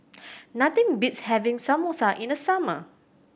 nothing beats having Samosa in the summer